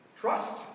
Trust